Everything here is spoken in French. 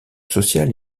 social